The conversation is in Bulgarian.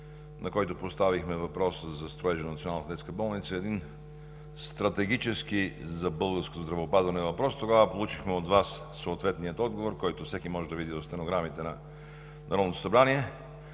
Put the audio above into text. на който поставихме въпроса за строежа на Национална детска болница – един стратегически за българското здравеопазване въпрос. Тогава получихме от Вас съответния отговор, който всеки може да види в стенограмите на Народното събрание.